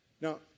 now